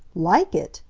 like it!